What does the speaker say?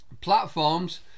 platforms